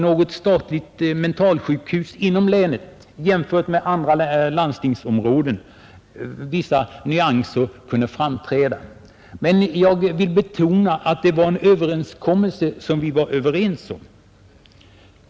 Vissa nyanser kunde framträda vid jämförelse med andra landstingsområden, men jag vill betona att det var en överenskommelse och att vi var överens.